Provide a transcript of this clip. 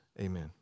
amen